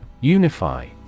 Unify